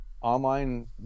online